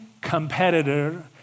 competitor